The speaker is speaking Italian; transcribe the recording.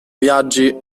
viaggi